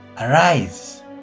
arise